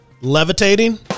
Levitating